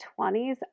20s